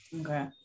Okay